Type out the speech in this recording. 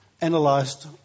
analyzed